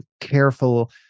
Careful